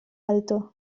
alto